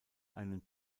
einem